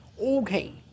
Okay